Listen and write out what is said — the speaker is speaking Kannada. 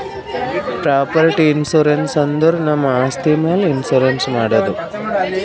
ಪ್ರಾಪರ್ಟಿ ಇನ್ಸೂರೆನ್ಸ್ ಅಂದುರ್ ನಮ್ ಆಸ್ತಿ ಮ್ಯಾಲ್ ಇನ್ಸೂರೆನ್ಸ್ ಮಾಡದು